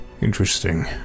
Interesting